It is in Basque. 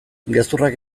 gezurrak